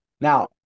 Now